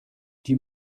die